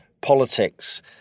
politics